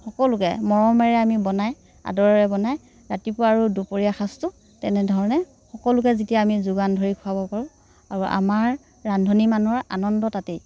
সকলোকে মৰমেৰে আমি বনাই আদৰেৰে বনাই ৰাতিপুৱা আৰু দুপৰীয়া সাঁজটো তেনেধৰণে সকলোকে যেতিয়া আমি যোগান ধৰি খুৱাব পাৰোঁ আৰু আমাৰ ৰান্ধনি মানুহৰ আনন্দ তাতেই